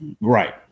Right